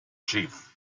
chief